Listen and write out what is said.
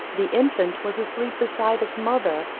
the infant was asleep beside its mother,